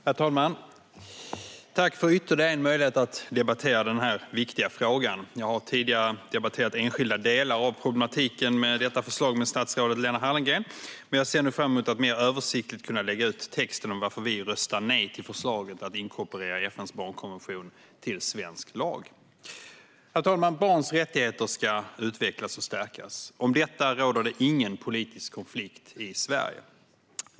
Herr talman! Tack för ytterligare en möjlighet att debattera denna viktiga fråga! Jag har tidigare debatterat enskilda delar av problematiken med detta förslag med statsrådet Lena Hallengren, men jag ser nu fram emot att mer översiktligt kunna lägga ut texten om varför vi röstar nej till förslaget att inkorporera FN:s barnkonvention i svensk lag. Herr talman! Barns rättigheter ska utvecklas och stärkas. Om detta råder det ingen politisk konflikt i Sverige.